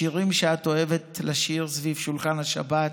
השירים שאת אוהבת לשיר סביב שולחן השבת,